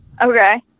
Okay